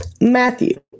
matthew